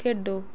ਖੇਡੋ